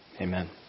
amen